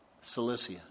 Cilicia